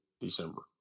December